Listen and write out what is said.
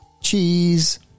cheese